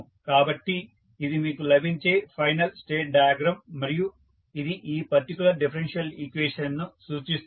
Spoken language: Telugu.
కాబట్టి ఇది మీకు లభించే ఫైనల్ స్టేట్ డయాగ్రమ్ మరియు ఇది ఈ పర్టిక్యులర్ డిఫరెన్షియల్ ఈక్వేషన్ ను సూచిస్తుంది